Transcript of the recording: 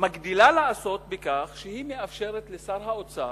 מגדילה לעשות בכך שהיא מאפשרת לשר האוצר,